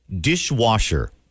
dishwasher